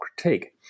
critique